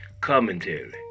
commentary